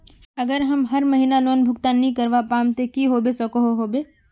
अगर हर महीना लोन भुगतान नी करवा पाम ते की होबे सकोहो होबे?